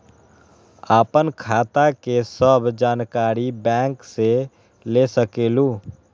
आपन खाता के सब जानकारी बैंक से ले सकेलु?